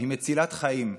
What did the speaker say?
היא מצילת חיים,